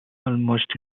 almost